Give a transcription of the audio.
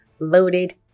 loaded